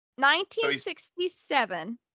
1967